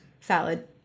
salad